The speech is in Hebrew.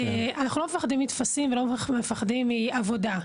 אני לא מפחדים מטפסים ולא מפחדים מעבודה.